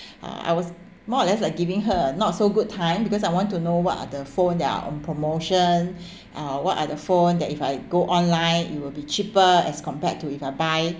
uh I was more or less like giving her a not so good time because I want to know what are the phone that are on promotion uh what are the phone that if I go online it will be cheaper as compared to if I buy